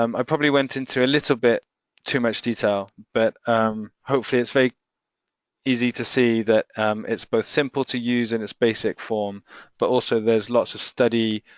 um i probably went into a little bit too much detail but hopefully, it's very easy to see that it's both simple to use in its basic form but also there's lots of study